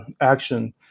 action